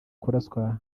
kuraswa